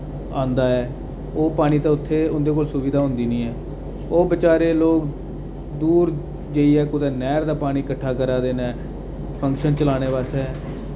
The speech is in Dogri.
औंदा ऐ ओह् पानी ते उत्थै उं'दे कोल सुविधा होंदी निं ऐ ओह् बचारे लोक दूर जाइयै कुतै नैह्र दा पानी इकट्ठा करा दे न फंक्शन च लाने आस्तै